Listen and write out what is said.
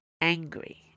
angry